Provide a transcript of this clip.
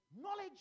Knowledge